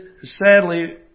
sadly